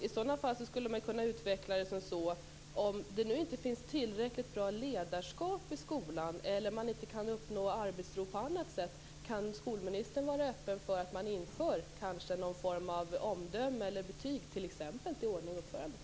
I så fall skulle jag vilja utveckla frågan: Om det nu inte finns tillräckligt bra ledarskap i skolan eller man inte kan uppnå arbetsro på annat sätt, kan skolministern då vara öppen för att man inför någon form av omdöme eller betyg i t.ex. ordning och uppförande?